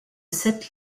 sept